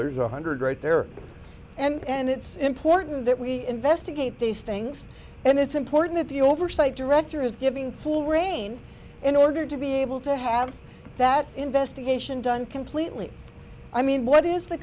there's a hundred right there and it's important that we investigate these things and it's important the oversight director is giving full reign in order to be able to have that investigation done completely i mean what is the